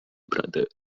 brother